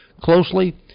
closely